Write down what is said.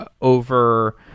over